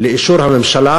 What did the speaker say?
לאישור הממשלה,